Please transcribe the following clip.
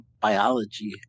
biology